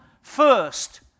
first